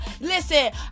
listen